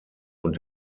und